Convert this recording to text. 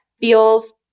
feels